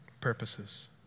purposes